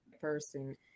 person